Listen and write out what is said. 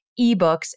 eBooks